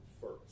first